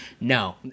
No